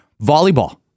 volleyball